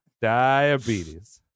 Diabetes